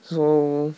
so